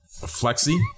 Flexi